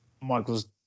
Michael's